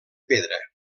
pedra